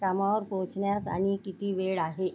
कामावर पोहोचण्यास आणि किती वेळ आहे